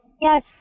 Yes